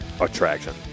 attraction